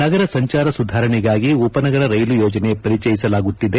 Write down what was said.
ನಗರ ಸಂಚಾರ ಸುಧಾರಣೆಗಾಗಿ ಉಪನಗರ ರೈಲು ಯೋಜನೆ ಪರಿಚಯಿಸಲಾಗುತ್ತಿದೆ